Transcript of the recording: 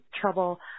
trouble